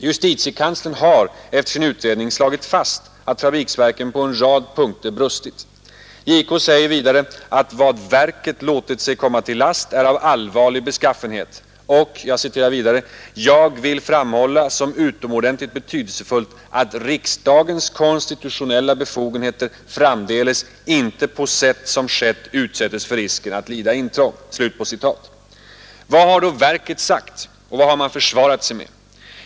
JK har efter sin utredning slagit fast att fabriksverken på en rad punkter brustit. JK säger vidare att ”vad verket låtit sig komma till last är av allvarlig beskaffenhet” och ”jag vill framhålla som utomordentligt betydelsefullt att riksdagens konstitutionella befogenheter framdeles inte på sätt som skett utsättes för risken att lida intrång”. Vad har då verket försvarat sig med?